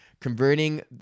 converting